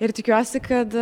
ir tikiuosi kad